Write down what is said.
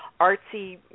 artsy